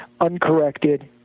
uncorrected